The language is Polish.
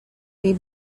jej